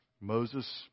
Moses